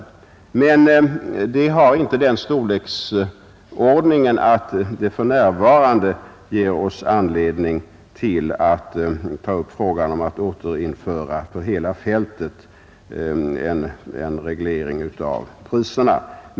Antalet är dock inte så stort att det för närvarande ger Nr 62 oss anledning att ta upp frågan om att för hela fältet återinföra en Torsdagen den reglering av priserna.